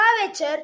curvature